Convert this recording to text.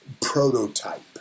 prototype